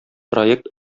проект